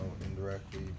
indirectly